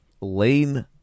Lane